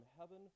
heaven